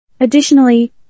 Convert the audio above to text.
Additionally